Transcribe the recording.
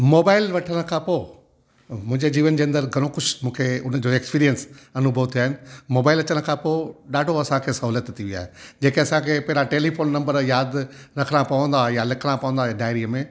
mobile वठण खां पोइ मुंहिंजे जीवन जे अंदरि घणो कुझु मूंखे उनजो एक्सपीरियंस अनुभव थिया आहिनि मोबाइल अचनि खां पोइ ॾाढो असांखे सहुलियतु थी वई आहे जेके असांखे पहिरां टेलीफ़ोन नंबर यादि रखणा पवंदा या लिखणा पवंदा डायरीअ में